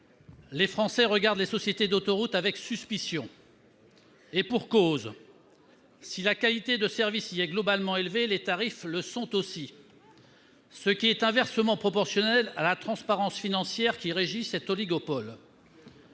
Les Français regardent les sociétés d'autoroutes avec suspicion, et pour cause ! Si la qualité de service y est globalement élevée, les tarifs le sont aussi, ce qui est inversement proportionnel à la transparence financière qui régit cet oligopole.